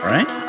Right